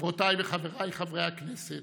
חברותיי וחבריי חברי הכנסת,